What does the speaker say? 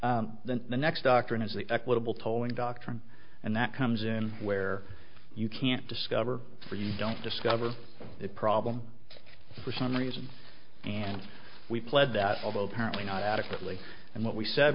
then the next doctrine is the equitable tolling doctrine and that comes in where you can't discover for you don't discover it problem for some reason and we pled that although apparently not adequately and what we said